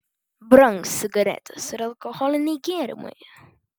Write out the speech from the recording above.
brangs cigaretės ir alkoholiniai gėrimai